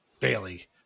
Bailey